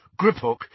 Griphook